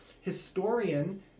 historian